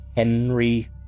Henry